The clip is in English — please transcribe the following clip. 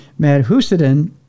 Madhusudan